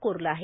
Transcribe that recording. कोरलं आहे